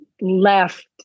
left